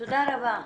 תודה רבה.